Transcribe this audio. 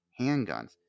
handguns